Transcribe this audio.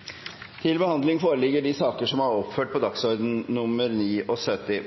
til stede og vil ta sete.